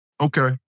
Okay